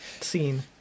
scene